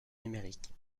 numérique